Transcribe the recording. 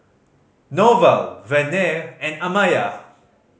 Norval Verner and Amaya